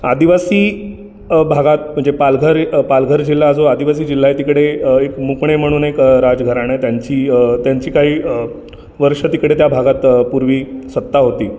आदिवासी भागात म्हणजे पालघर पालघर जिल्हा जो आदिवासी जिल्हा आहे तिकडे एक मुपणे म्हणून एक राजघराणं आहे त्यांची त्यांची काही वर्षं तिकडे त्या भागात पूर्वी सत्ता होती